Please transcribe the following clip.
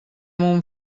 mon